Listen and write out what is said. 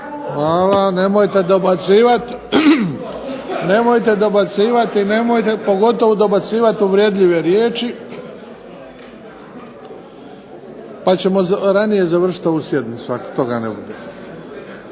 Hvala. Nemojte dobacivati, i nemojte pogotovo dobacivati uvredljive riječi, pa ćemo ranije završiti ovu sjednicu ako toga ne bude.